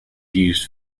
used